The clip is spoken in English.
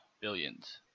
billions